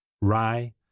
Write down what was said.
rye